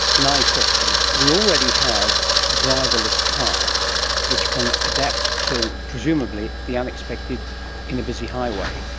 a naive question we already have driverless cars which can adapt to presumably the unexpected in a busy highway.